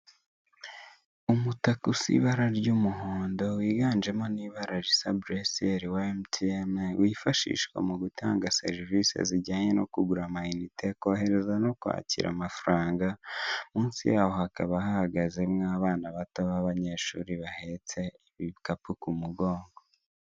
Umutaka usa ibara ry'umuhondo wiganjemo n'ibara risa buresiyeri wa emutiyene, wifashishwa mu gutanga serivise zijyanye no kugura amayinite, kohereza no kwakira amafaranga, munsi yaho hakaba hahagazemo abana bato b'abanyeshuri bahetse ibikapu ku mugongo.